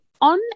on